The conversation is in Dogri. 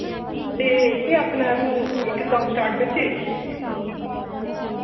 ते केह् आखना ऐ तूं इक कम्म स्टार्ट करचै